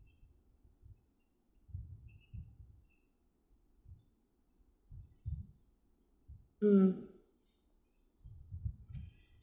mm